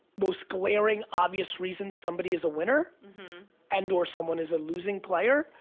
most glaring, obvious reason somebody is a winner and or someone is a losing player.